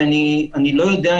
שאני לא יודע,